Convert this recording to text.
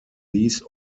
these